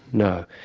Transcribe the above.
no.